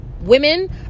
Women